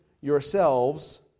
yourselves